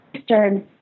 Eastern